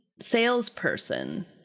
salesperson